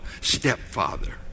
stepfather